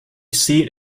seat